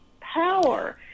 power